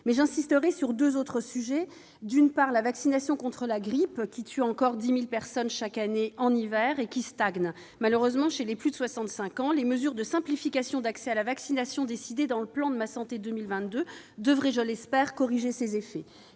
Mais j'insisterai aussi sur deux autres sujets. D'une part, le taux de vaccination contre la grippe, qui tue encore 10 000 personnes chaque hiver, stagne chez les plus de 65 ans. Les mesures de simplification de l'accès à la vaccination décidées dans le plan « Ma santé 2022 » devraient, je l'espère, corriger cette